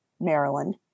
Maryland